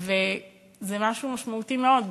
זה משהו משמעותי מאוד,